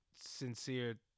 sincere